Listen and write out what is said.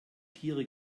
tiere